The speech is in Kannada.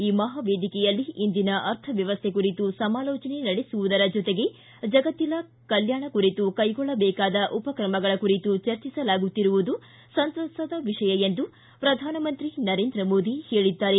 ಈ ಮಹಾ ವೇದಿಕೆಯಲ್ಲಿ ಇಂದಿನ ಅರ್ಥವ್ಯವಸ್ವೆ ಕುರಿತು ಸಮಾಲೋಜನೆ ನಡೆಸಿರುವುದರ ಜೊತೆಗೆ ಜಗತ್ತಿನ ಕಲ್ಪಾಣ ಕುರಿತು ಕೈಗೊಳ್ಳಜೇಕಾದ ಉಪಕ್ರಮಗಳ ಕುರಿತು ಚರ್ಚಿಸಲಾಗುತ್ತಿರುವುದು ಸಂತಸದ ವಿಷಯ ಎಂದು ಪ್ರಧಾನಮಂತ್ರಿ ನರೇಂದ್ರ ಮೋದಿ ಹೇಳಿದ್ದಾರೆ